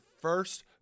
first